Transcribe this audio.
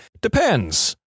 depends